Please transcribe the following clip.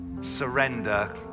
surrender